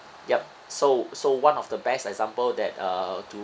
yup so so one of the best example that uh to